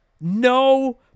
no